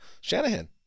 Shanahan